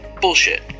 bullshit